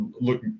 look